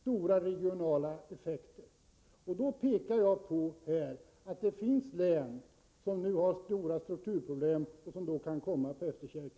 stora regionala effekter. Jag pekar därför på att det finns län som nu har stora strukturproblem och kan komma på efterkälken.